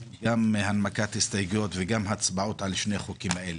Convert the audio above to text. גם הנמקת הסתייגויות וגם הצבעות על שניהם,